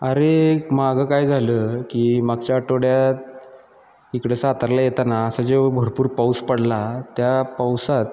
अरे मागं काय झालं की मागच्या आठवड्यात इकडं सातारला येताना असा जे भरपूर पाऊस पडला त्या पावसात